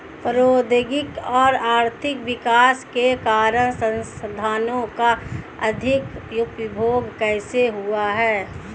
प्रौद्योगिक और आर्थिक विकास के कारण संसाधानों का अधिक उपभोग कैसे हुआ है?